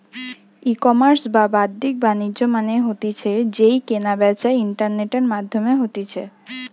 ecommerce বা বাদ্দিক বাণিজ্য মানে হতিছে যেই কেনা বেচা ইন্টারনেটের মাধ্যমে হতিছে